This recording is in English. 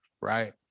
right